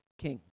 king